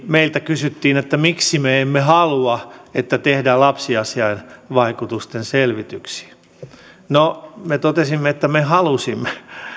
meiltä kysyttiin että miksi me emme halua että tehdään lapsiasiainvaikutusten selvityksiä no me totesimme että me halusimme